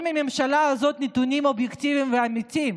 מהממשלה הזאת נתונים אובייקטיביים ואמיתיים,